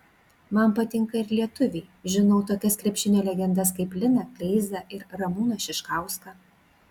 man patinka ir lietuviai žinau tokias krepšinio legendas kaip liną kleizą ir ramūną šiškauską